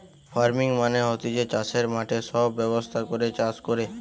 farming মানে হতিছে চাষের মাঠে সব ব্যবস্থা করে চাষ কোরে